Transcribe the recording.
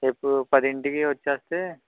రేపు పదింటికి వచ్చేస్తే